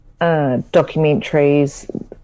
documentaries